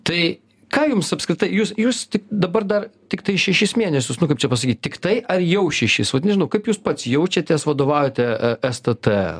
tai ką jums apskritai jūs jūs tik dabar dar tiktai šešis mėnesius nu kaip čia pasakyt tiktai ar jau šešis vat nežinau kaip jūs pats jaučiatės vadovaujate stt